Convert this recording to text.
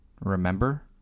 Remember